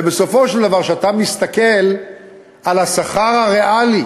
ובסופו של דבר, כשאתה מסתכל על השכר הריאלי